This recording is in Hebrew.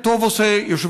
תודה לך, גברתי היושבת-ראש.